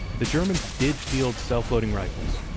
the germans did field self-loading rifles,